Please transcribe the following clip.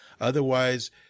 Otherwise